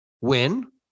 win